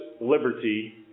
liberty